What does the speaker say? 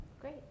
Great